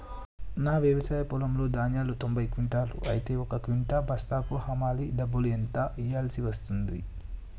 నా వ్యవసాయ పొలంలో ధాన్యాలు తొంభై క్వింటాలు అయితే ఒక క్వింటా బస్తాకు హమాలీ డబ్బులు ఎంత ఇయ్యాల్సి ఉంటది?